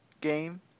game